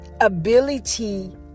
ability